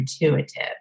intuitive